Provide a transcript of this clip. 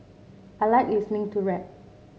I like listening to rap